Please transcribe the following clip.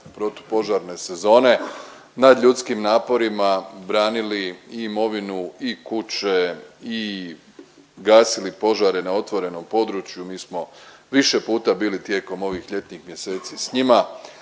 protupožarne sezone nadljudskim naporima branili i imovinu i kuće i gasili požare na otvorenom području, mi smo više puta bili tijekom ovih ljetnih mjeseci s njima.